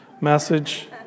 message